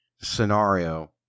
scenario